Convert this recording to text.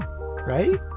right